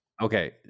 Okay